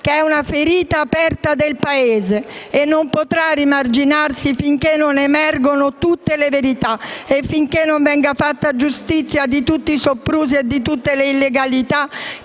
è una ferita aperta del Paese e non potrà rimarginarsi finché non emergeranno tutte le verità e finché non verrà fatta giustizia di tutti i soprusi e le illegalità